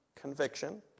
conviction